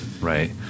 Right